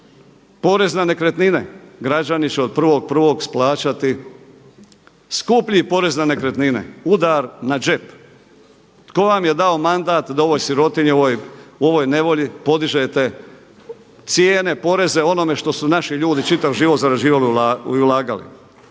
porez na nekretnine, građani će od 1.1. plaćati skuplji porez na nekretnine, udar na džep. Tko vam je dao mandat da ovoj sirotinji i u ovoj nevolji podižete cijene, poreze onome što su naši ljudi čitav život zarađivali i ulagali?